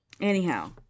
Anyhow